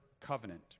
covenant